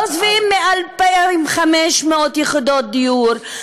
לא שבעים מ-2,500 יחידות דיור,